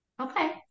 Okay